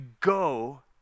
go